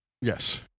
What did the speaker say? Yes